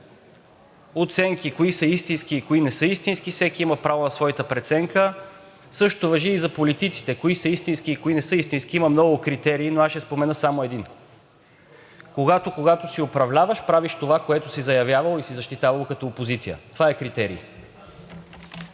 оценки кои са истински и кои не са истински. Всеки има право на своята преценка. Същото важи и за политиците – кои са истински и кои не са истински. Има много критерии, но ще спомена само един: когато си управляващ, правиш това, което си заявявал и си защитавал като опозиция. Това е критерий.